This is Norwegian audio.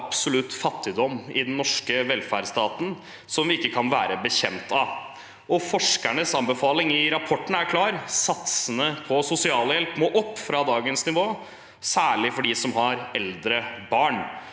absolutt fattigdom i den norske velferdsstaten som vi ikke kan være bekjent av. Forskernes anbefaling i rapporten er klar: Satsene i sosialhjelpen må opp fra dagens nivå, særlig for de som har eldre barn.